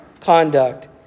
conduct